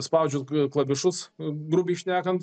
spaudžius klavišus grubiai šnekant